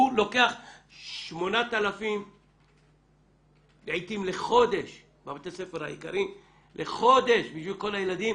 הוא לוקח 8,000 לעיתים בחודש בבתי הספר היקרים בשביל כל הילדים.